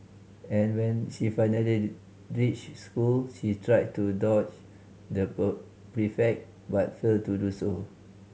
and when she finally reached school she tried to dodge the prefect but failed to do so